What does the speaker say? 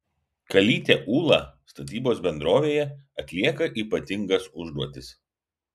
kalytė ūla statybos bendrovėje atlieka ypatingas užduotis